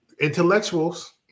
intellectuals